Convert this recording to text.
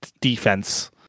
defense